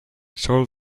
soul